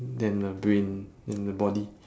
than the brain than the body